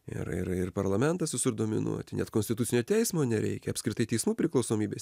ir ir parlamentas visur dominuoti net konstitucinio teismo nereikia apskritai teismų priklausomybės